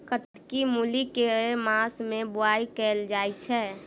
कत्की मूली केँ के मास मे बोवाई कैल जाएँ छैय?